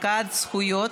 הפקעת זכויות),